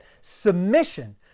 submission